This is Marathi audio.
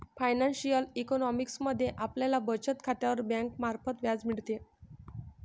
फायनान्शिअल इकॉनॉमिक्स मध्ये आपल्याला बचत खात्यावर बँकेमार्फत व्याज मिळते